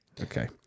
Okay